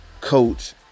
coach